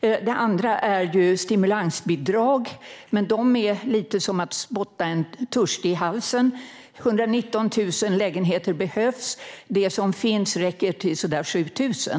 Det andra handlar om stimulansbidrag. Men de är lite som att spotta en törstig i halsen. 119 000 lägenheter behövs. Det som finns räcker till omkring 7 000.